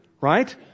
right